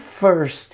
first